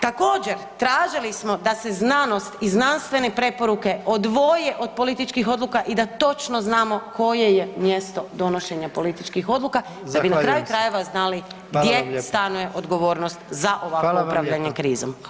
Također tražili smo da se znanost i znanstvene preporuke odvoje od političkih odluka i da točno znamo koje je mjesto donošenja političkih odluka [[Upadica predsjednik: Zahvaljujem se.]] da bi na kraju krajeva znali gdje stanuje odgovornost za ovakvo upravljanje krizom.